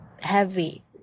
heavy